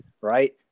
right